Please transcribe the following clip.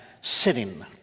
sitting